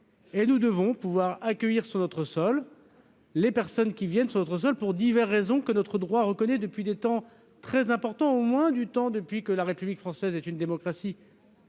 Nous devons pouvoir accueillir sur notre sol les personnes qui y viennent pour diverses raisons, ce que notre droit reconnaît depuis des temps très anciens, au moins depuis que la République française est une démocratie.